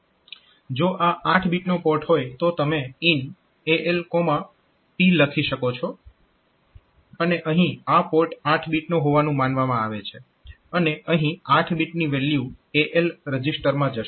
જો આ 8 બીટનો પોર્ટ હોય તો તમે IN AL P લખી શકો છો અને અહીં આ પોર્ટ 8 બીટનો હોવાનું માનવામાં આવે છે અને અહીં 8 બીટની વેલ્યુ AL રજીસ્ટરમાં જશે